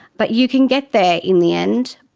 but you can get there in the end.